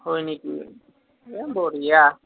হয় নেকি এ বঢ়িয়া